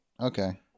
Okay